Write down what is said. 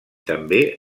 també